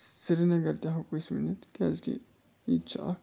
سرینگر تہِ ہٮ۪کو أسۍ ؤنِتھ کیٛازِکہِ ییٚتہِ چھِ اکھ